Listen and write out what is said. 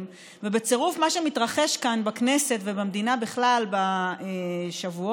ובצירוף מה שמתרחש כאן בכנסת ובמדינה בכלל בשבועות,